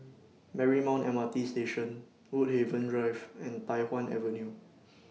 Marymount M R T Station Woodhaven Drive and Tai Hwan Avenue